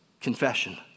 confession